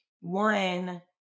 one